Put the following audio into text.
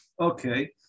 Okay